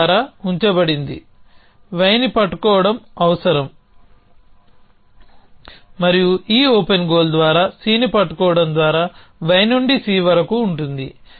దీని ద్వారా ఉంచబడిందిy ని పట్టుకోవడం అవసరం మరియు ఈ ఓపెన్ గోల్ ద్వారా C ని పట్టుకోవడం ద్వారా y నుండి C వరకు ఉంటుంది